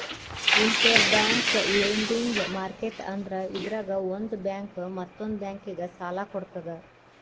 interbank lending market ಅಂದ್ರ ಇದ್ರಾಗ್ ಒಂದ್ ಬ್ಯಾಂಕ್ ಮತ್ತೊಂದ್ ಬ್ಯಾಂಕಿಗ್ ಸಾಲ ಕೊಡ್ತದ್